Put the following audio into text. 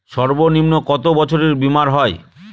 সর্বনিম্ন কত বছরের বীমার হয়?